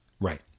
Right